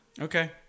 Okay